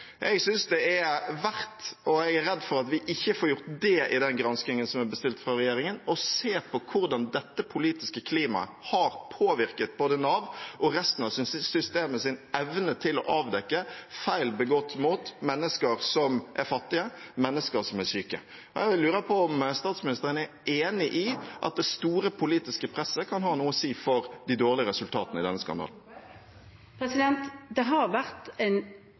Jeg synes det er verdt – og jeg er redd for at vi ikke får gjort det i den granskningen som er bestilt fra regjeringen – å se på hvordan dette politiske klimaet har påvirket både Navs og resten av systemets evne til å avdekke feil begått mot mennesker som er fattige, og mennesker som er syke. Jeg lurer på om statsministeren er enig i at det store politiske presset kan ha noe å si for de dårlige resultatene i denne skandalen. Det har vært, oppfatter jeg, en